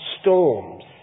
storms